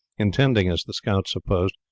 intending, as the scouts supposed,